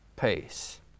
peace